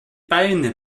beine